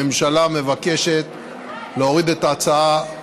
הממשלה מבקשת להתנגד להצעה,